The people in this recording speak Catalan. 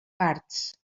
parts